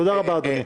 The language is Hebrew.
תודה רבה, אדוני.